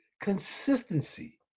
consistency